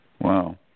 Wow